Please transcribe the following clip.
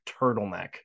turtleneck